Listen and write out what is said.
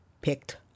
picked